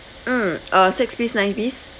mm uh six piece nine piece